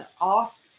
ask